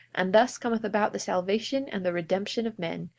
and thus cometh about the salvation and the redemption of men,